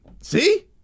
See